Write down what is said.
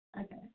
Okay